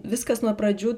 viskas nuo pradžių